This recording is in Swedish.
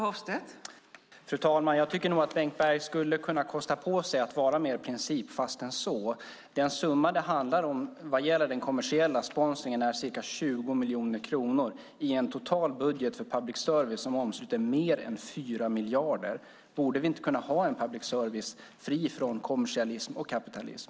Fru talman! Jag tycker nog att Bengt Berg skulle kunna kosta på sig att vara mer principfast än så. Den summa det handlar om vad gäller den kommersiella sponsringen är ca 20 miljoner kronor i en total budget för public service som omsluter mer än 4 miljarder. Borde vi inte kunna ha en public service fri från kommersialism och kapitalism?